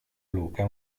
luca